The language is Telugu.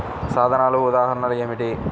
సాధనాల ఉదాహరణలు ఏమిటీ?